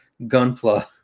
Gunpla